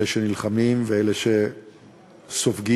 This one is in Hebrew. אלה שנלחמים ואלה שסופגים,